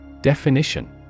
Definition